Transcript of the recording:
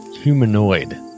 humanoid